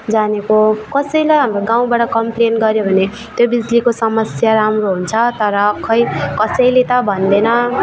जानेको कसैलाई हाम्रो गाउँबाट कम्प्लेन गर्यो भने त्यो बिजुलीको समस्या राम्रो हुन्छ तर खै कसैले त भन्दैन